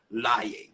lying